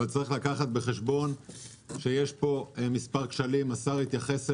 אבל צריך להביא בחשבון שיש פה כמה כשלים שהשר התייחס אליהם.